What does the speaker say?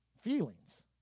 Feelings